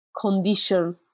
condition